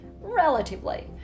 Relatively